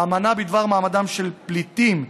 האמנה בדבר מעמדם של פליטים,